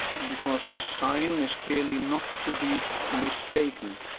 because the sign is clearly not to be mistaken.